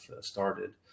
started